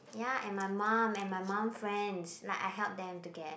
ya and my mum and my mum friends like I help them to get